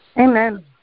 Amen